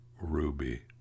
Ruby